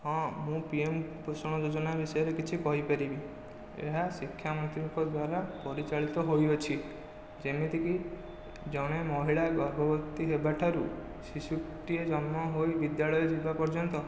ହଁ ମୁଁ ପିଏମ୍ ପୋଷଣ ଯୋଜନା ବିଷୟରେ କିଛି କହିପାରିବି ଏହା ଶିକ୍ଷାମନ୍ତ୍ରୀଙ୍କ ଦ୍ଵାରା ପରିଚାଳିତ ହୋଇଅଛି ଯେମିତିକି ଜଣେ ମହିଳା ଗର୍ଭବତୀ ହେବାଠାରୁ ଶିଶୁଟିଏ ଜନ୍ମ ହୋଇ ବିଦ୍ୟାଳୟ ଯିବା ପର୍ଯ୍ୟନ୍ତ